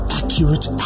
accurate